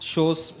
Shows